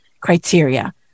criteria